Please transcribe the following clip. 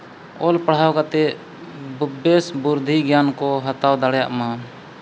ᱚᱞ ᱯᱟᱲᱦᱟᱣ ᱠᱟᱛᱮᱫ ᱵᱮᱥ ᱵᱩᱨᱫᱷᱤ ᱜᱮᱭᱟᱱ ᱠᱚ ᱦᱟᱛᱟᱣ ᱫᱟᱲᱮᱭᱟᱜᱼᱢᱟ